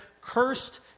Cursed